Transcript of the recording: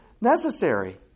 necessary